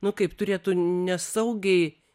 nu kaip turėtų nesaugiai